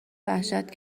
وحشت